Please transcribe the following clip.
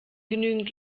genügend